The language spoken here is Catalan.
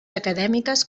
acadèmiques